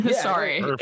sorry